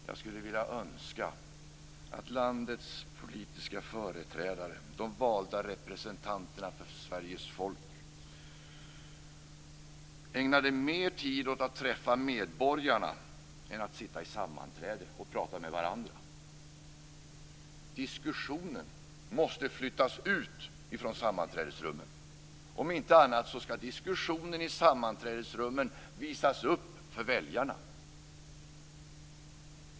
Jag skulle önska att landets politiska företrädare, de valda representanterna för Sveriges folk, ägnade mer tid åt att träffa medborgarna än åt att sitta i sammanträde och prata med varandra. Diskussionen måste flyttas ut från sammanträdesrummen. Om inte annat skall diskussionen i sammanträdesrummen visas upp för väljarna.